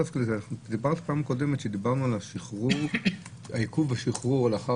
בפעם הקודמת דיברנו על העיכוב בשחרור לאחר